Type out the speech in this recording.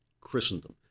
Christendom